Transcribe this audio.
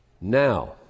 Now